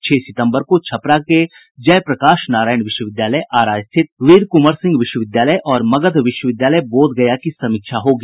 छह सितम्बर को छपरा के जय प्रकाश नारायण विश्वविद्यालय आरा स्थित वीर कुँवर सिंह विश्वविद्यालय और मगध विश्वविद्यालय बोधगया की समीक्षा होगी